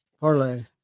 parlay